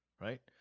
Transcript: right